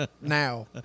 now